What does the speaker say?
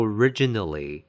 Originally